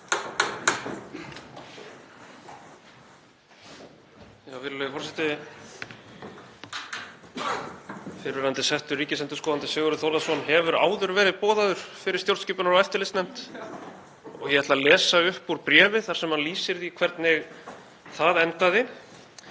Virðulegur forseti. Fyrrverandi settur ríkisendurskoðandi, Sigurður Þórðarson, hefur áður verið boðaður fyrir stjórnskipunar- og eftirlitsnefnd og ég ætla að lesa upp úr bréfi þar sem hann lýsir því hvernig það endaði.